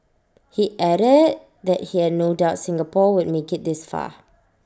he added that he had no doubt Singapore would make IT this far